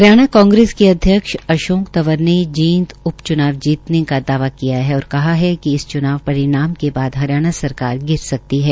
हरियाणा कांग्रेस के अध्यक्ष अशोक तंवर ने जींद उप च्नाव जीतने का दावा किया है और कहा है कि इस च्नाव परिणाम के बाद हरियाणा सरकार गिर सकती है